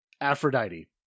Aphrodite